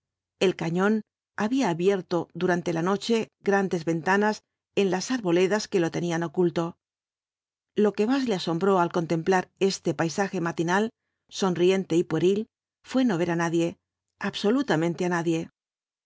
el cañón había abierto durante la noche grandes ventanas en las arboledas que lo tenían oculto lo que más le asombró al contemplar este paisaje matinal sonriente y pueril fué no ver á nadie absolutamente á nadie